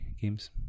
games